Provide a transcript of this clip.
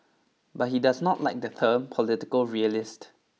but he does not like the term political realist